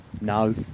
No